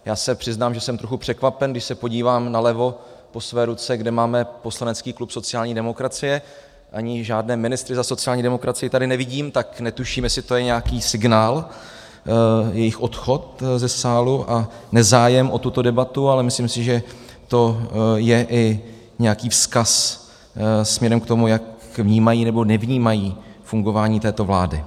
Já se přiznám, že jsem trochu překvapen, když se podívám nalevo po své ruce, kde máme poslanecký klub sociální demokracie, ani žádné ministry za sociální demokracii tady nevidím, tak netuším, jestli to je nějaký signál, jejich odchod ze sálu a nezájem o tuto debatu, ale myslím si, že to je i nějaký vzkaz směrem k tomu, jak vnímají nebo nevnímají fungování této vlády.